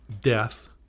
death